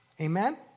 Amen